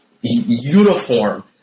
uniform